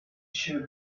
shoe